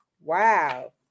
Wow